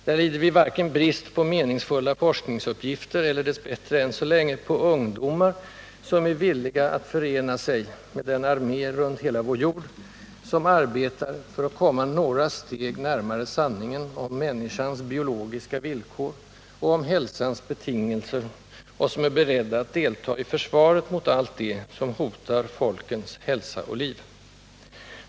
Där lider vi varken brist på meningsfulla forskningsuppgifter eller, dess bättre, än så länge, på ungdomar, som är villiga att förena sig med den armé runt hela vår jord som arbetar för att komma några steg närmare sanningen om människans biologiska villkor och om hälsans betingelser och som är beredda att delta i försvaret mot allt det som hotar folkens hälsa och liv.